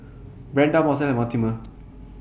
Brenda Marcelle and Mortimer